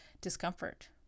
discomfort